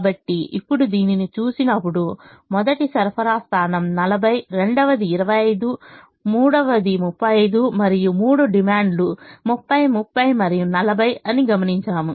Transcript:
కాబట్టి ఇప్పుడు దీనిని చూసినప్పుడు మొదటి సరఫరా స్థానం 40 రెండవది 25 మూడవది 35 మరియు మూడు డిమాండ్లు 30 30 మరియు 40 అని గమనించాము